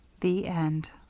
the end